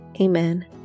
Amen